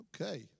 Okay